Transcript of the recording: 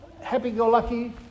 happy-go-lucky